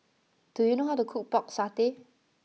do you know how to cook Pork Satay